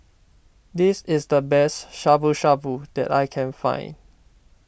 this is the best Shabu Shabu that I can find